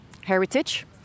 heritage